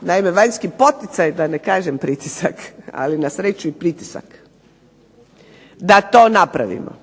naime vanjski poticaj, da ne kažem pritisak, ali na sreću i pritisak, da to napravimo.